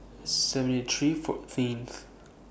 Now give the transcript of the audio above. seventy three fourteenth